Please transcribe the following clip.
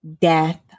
death